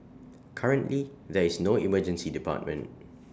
currently there is no Emergency Department